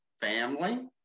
family